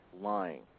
lying